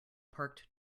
parked